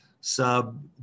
sub